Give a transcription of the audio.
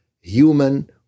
human